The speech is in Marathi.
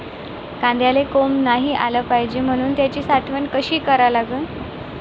कांद्याले कोंब आलं नाई पायजे म्हनून त्याची साठवन कशी करा लागन?